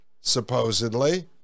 supposedly